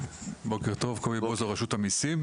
בוקר טוב, קובי בוזו רשות המסים